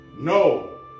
No